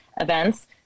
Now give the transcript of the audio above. events